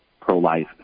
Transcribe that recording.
pro-life